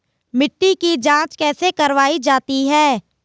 मिट्टी की जाँच कैसे करवायी जाती है?